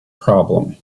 problem